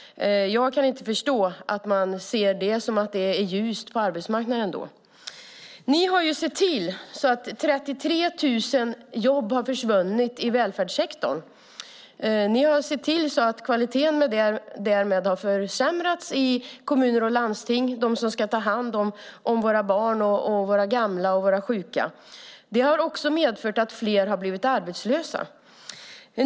Jag kan inte förstå att man ser det som att det är ljust på arbetsmarknaden. Ni har sett till att 33 000 jobb har försvunnit i välfärdssektorn. Ni har sett till att kvaliteten därmed har försämrats i kommuner och landsting - det gäller dem som ska ta hand om våra barn, våra gamla och våra sjuka. Det har också medfört att fler har blivit arbetslösa.